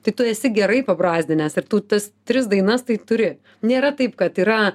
tai tu esi gerai pabrazdinęs ir tu tas tris dainas tai turi nėra taip kad yra